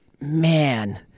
man